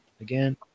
again